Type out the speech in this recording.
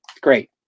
great